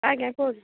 ଆଜ୍ଞା କୁହନ୍ତୁ